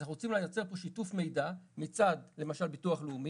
אז אנחנו רוצים לייצר פה שיתוף מידע מצד למשל ביטוח לאומי